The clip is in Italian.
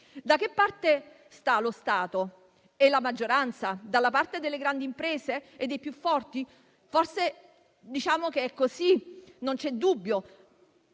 Da che parte stanno lo Stato e la maggioranza? Dalla parte delle grandi imprese e dei più forti? È così, non c'è dubbio.